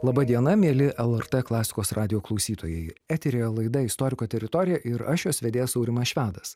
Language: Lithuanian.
laba diena mieli lrt klasikos radijo klausytojai eteryje laida istoriko teritorija ir aš jos vedėjas aurimas švedas